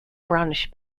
brownish